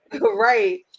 right